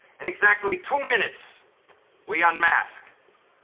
in exactly two minutes we unmask.